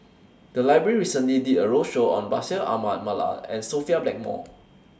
The Library recently did A roadshow on Bashir Ahmad Mallal and Sophia Blackmore